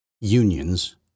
unions